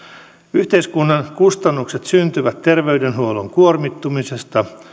yhteiskunnan kustannukset syntyvät terveydenhuollon kuormittumisesta